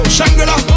Shangri-La